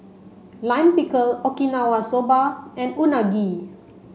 Lime Pickle Okinawa soba and Unagi